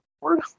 word